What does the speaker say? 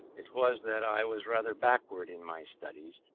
it was that i was rather backward in my studies,